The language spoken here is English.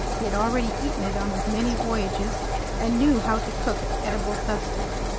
he had already eaten it on his many voyages and knew how to cook its edible substance.